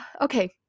Okay